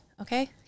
okay